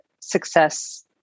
success